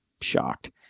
shocked